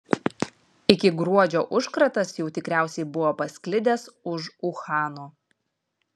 iki gruodžio užkratas jau tikriausiai buvo pasklidęs už uhano